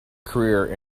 career